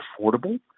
affordable